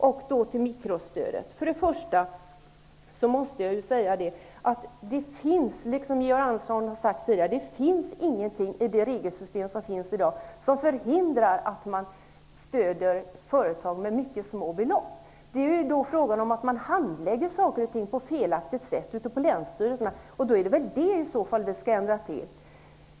Beträffande mikrostödet måste jag först och främst säga att det, som Georg Andersson tidigare sagt, inte finns någonting i dagens regelsystem som förhindrar att man stödjer företag med mycket små belopp. Om så är fallet handlägger man saker och ting på ett felaktigt sätt ute i länsstyrelserna, och då skall detta rättas till.